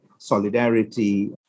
solidarity